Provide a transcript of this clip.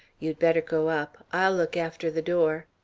you'd better go up. i'll look after the door.